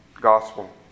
gospel